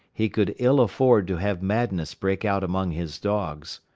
he could ill afford to have madness break out among his dogs.